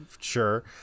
sure